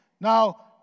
Now